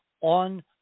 on